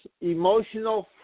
emotional